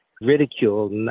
ridiculed